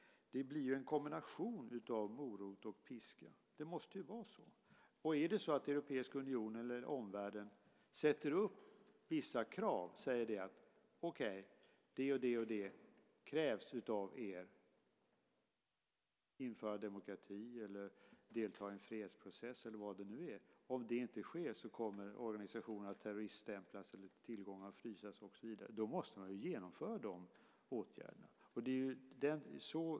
Det måste vara så. Om Europeiska unionen eller omvärlden sätter upp krav och säger att om det ena eller andra kravet - det kan vara att införa demokrati eller att delta i en fredsprocess - inte uppfylls kommer organisationen att terroriststämplas eller tillgångarna att frysas måste man ju också genomföra de åtgärderna.